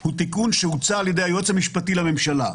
הוא תיקון שהוצע על ידי היועץ המשפטי לממשלה.